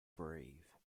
brave